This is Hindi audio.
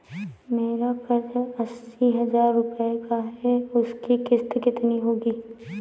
मेरा कर्ज अस्सी हज़ार रुपये का है उसकी किश्त कितनी होगी?